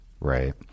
right